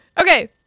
Okay